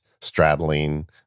straddling